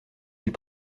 îles